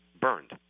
burned